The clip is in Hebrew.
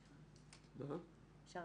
אפשר.